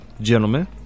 gentlemen